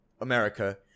America